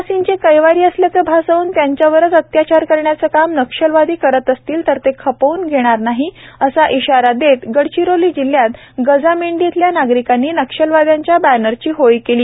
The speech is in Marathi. आदिवासींचे कैवारी असल्याचं भासवून त्यांच्यावरच अत्याचार करण्याचं काम नक्षलवादी करत असतील तर ते खपवून घेणार नाही असा इशारा देत गडचिरोली जिल्ह्यात गजामेंढी इथल्या नागरिकांनी नक्षलवाद्यांच्या बॅनरची होळी केली